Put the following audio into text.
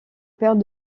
père